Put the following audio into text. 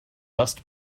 best